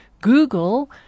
Google